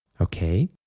Okay